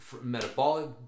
metabolic